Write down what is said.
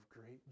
great